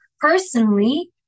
personally